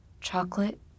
chocolate